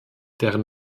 deren